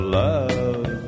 love